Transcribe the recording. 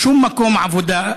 "שום מקום עבודה,